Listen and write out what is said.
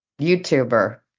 youtuber